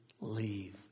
leave